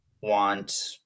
want